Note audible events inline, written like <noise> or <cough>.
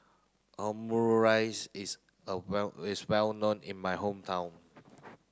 Omurice is <unintelligible> well known in my hometown